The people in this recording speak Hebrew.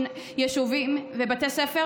ישנם בתי ספר